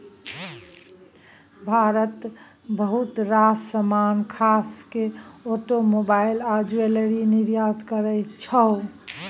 भारत बहुत रास समान खास केँ आटोमोबाइल आ ज्वैलरी निर्यात करय छै